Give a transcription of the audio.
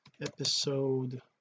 episode